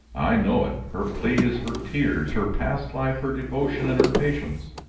i know it her plea is her tears, her past life, her devotion and her patience.